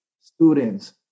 students